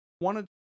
wanted